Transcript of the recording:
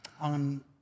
on